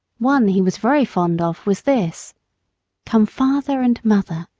one he was very fond of was this come, father and mother,